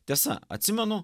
tiesa atsimenu